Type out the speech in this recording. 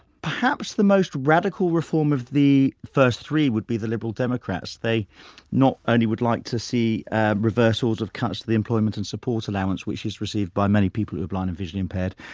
perhaps the most radical reform of the first three would be the liberal democrats, they not only would like to see reversals of cuts to the employment and support allowance, which is received by many people who are blind and visually impaired,